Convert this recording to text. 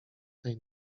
tej